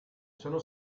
sono